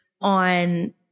on